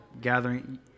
gathering